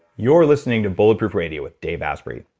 you're listening to bulletproof radio with dave asprey.